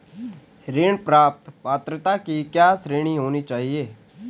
ऋण प्राप्त पात्रता की क्या श्रेणी होनी चाहिए?